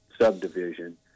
subdivision